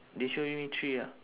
they show only three ah